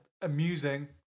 amusing